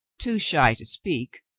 too shy to speak,